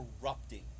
corrupting